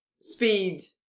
speed